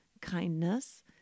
kindness